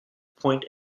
point